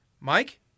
Mike